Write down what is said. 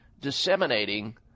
disseminating